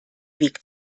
weg